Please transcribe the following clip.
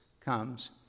comes